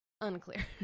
unclear